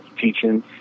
teaching